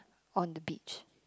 on the beach